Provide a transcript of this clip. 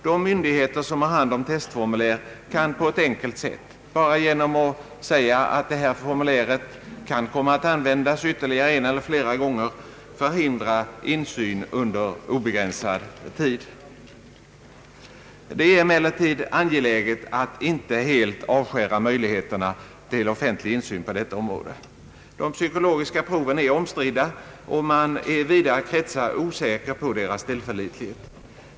De myndigheter som har hand om testformulär kan på ett enkelt sätt — bara genom att säga att formuläret i fråga kan komma att användas ytterligare en eller flera gånger — förhindra insyn under obegränsad tid. Det är emellertid angeläget att inte helt avskära möjligheterna till offentlig insyn på detta område. De psykologiska proven är omstridda, och man är i vida kretsar osäker om deras tillförlitlighet.